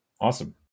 Awesome